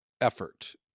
effort